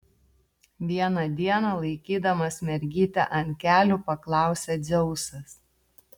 vieną dieną laikydamas mergytę ant kelių paklausė dzeusas